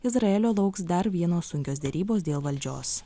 izraelio lauks dar vienos sunkios derybos dėl valdžios